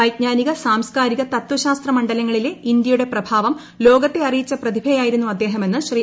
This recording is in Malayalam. വൈജ്ഞാനിക സാംസ്കാരിക തത്വശാസ്ത്രമണ്ഡലങ്ങളിലെ ഇന്ത്യയുടെ പ്രഭാവം ലോകത്തെ അറിയിച്ച പ്രതിഭയായിരുന്നു അദ്ദേഹമെന്ന് ശ്രീ